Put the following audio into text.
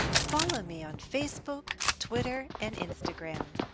follow me on facebook, twitter, and instagram.